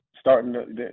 starting